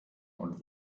und